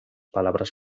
palabras